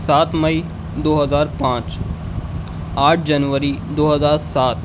سات مئی دو ہزار پانچ آٹھ جنوری دو ہزار سات